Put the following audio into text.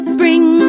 Spring